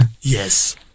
yes